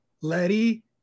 Letty